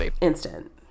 instant